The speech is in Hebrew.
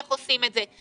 איך עושים את זה?